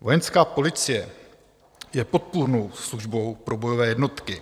Vojenská policie je podpůrnou službou pro bojové jednotky.